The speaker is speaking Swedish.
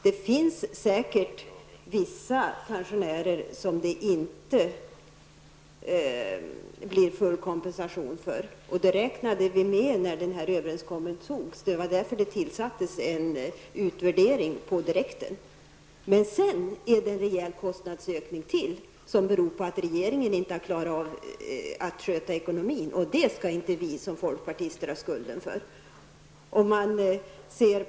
Det finns säkert vissa pensionärer som inte blir fullt kompenserade. Det räknade vi också med när överenskommelsen träffades och därför skulle man omgående göra en utvärdering. Därutöver har det tillkommit en rejäl kostnadsökning som beror på att regeringen inte har klarat att sköta ekonomin, och det skall vi i folkpartiet inte behöva stå till svars för.